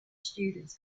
students